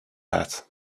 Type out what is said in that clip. hat